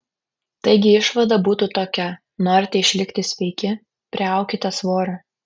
taigi išvada būtų tokia norite išlikti sveiki priaukite svorio